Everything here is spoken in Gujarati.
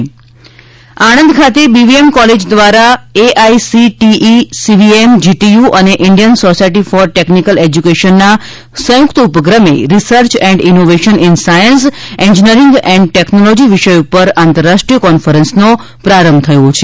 આણંદ આંતર રાષ્ટ્રીય કોન્ફરન્સ આણંદ ખાતે બીવીએમ કોલેજ દ્વારા એઆઇસીટીઇ સીવીએમ જીટીયુ અને ઇન્ડિયન સોસાયટી ફોર ટેક્નિકલ એજ્યુકેશનના સંયુક્ત ઉપક્રમે research and innovation in science engineering and technology વિષય પર આંતર રાષ્ટ્રીય કોન્ફરન્સનો પ્રારંભ થયો છે